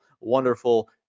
wonderful